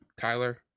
Tyler